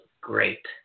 great